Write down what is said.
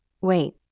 Wait